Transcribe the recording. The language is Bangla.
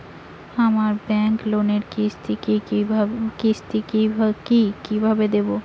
আমার ব্যাংক লোনের কিস্তি কি কিভাবে দেবো?